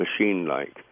machine-like